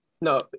No